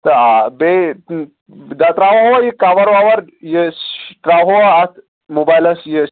تہٕ آ بیٚیہِ یتھ تراوٕ ہو یہِ کوَر وَور یہِ تراوٕ ہو اتھ موبایلس یہِ